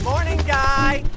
guy.